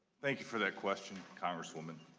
thank you for that question, congresswoman.